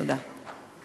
תודה.